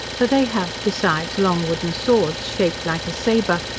for they have besides long wooden swords, shaped like a sabre,